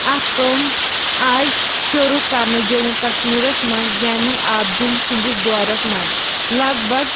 اَتھٕ کٲم آی شروٗع کرنہٕ جموں کشمیٖرس منٛز زین العبدیٖن سٕنٛدِس دورس منٛز لگ بگ